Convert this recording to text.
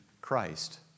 Christ